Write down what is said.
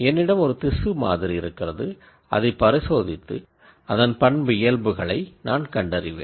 என்னிடம் ஒரு திசு சாம்பிள் இருக்கிறது அதை பரிசோதித்து அதன் கேரக்டரிஸ்டிக்குகளை நான் கண்டறிவேன்